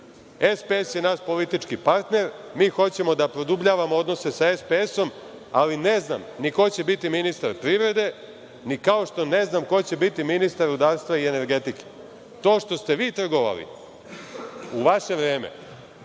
SPS je naš politički partner, mi hoćemo da produbljavamo odnose sa SPS-om, ali ne znam ni ko će biti ministar privrede, kao što ne znam ko će biti ministar rudarstva i energetike. To što ste vi trgovali u vaše vreme,